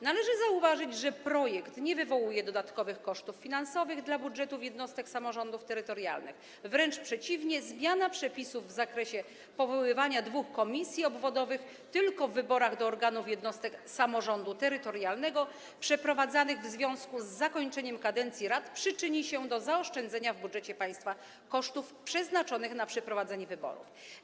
Należy zauważyć, że projekt nie wywołuje dodatkowych kosztów finansowych dla budżetów jednostek samorządów terytorialnych, wręcz przeciwnie - zmiana przepisów w zakresie powoływania dwóch komisji obwodowych tylko w wyborach do organów jednostek samorządu terytorialnego przeprowadzanych w związku z zakończeniem kadencji rad przyczyni się do zaoszczędzenia w budżecie państwa kosztów przeznaczonych na przeprowadzenie wyborów.